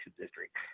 district